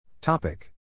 Topic